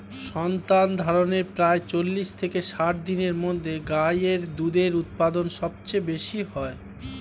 সন্তানধারণের প্রায় চল্লিশ থেকে ষাট দিনের মধ্যে গাই এর দুধের উৎপাদন সবচেয়ে বেশী হয়